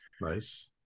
Nice